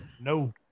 No